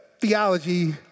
theology